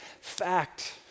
fact